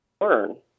learn